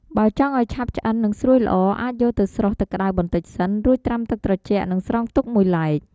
បើចង់ឱ្យឆាប់ឆ្អិននិងស្រួយល្អ អាចយកទៅស្រុះទឹកក្ដៅបន្តិចសិន រួចត្រាំទឹកត្រជាក់និងស្រង់ទុកមួយឡែក។